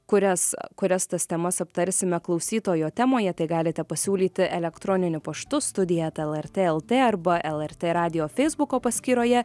kurias kurias tas temas aptarsime klausytojo temoje tai galite pasiūlyti elektroniniu paštu studija lrt lt arba lrt radijo feisbuko paskyroje